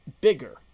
bigger